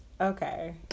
Okay